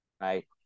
right